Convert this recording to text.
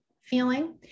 feeling